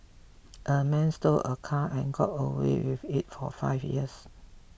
a man stole a car and got away with it for five years